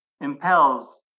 impels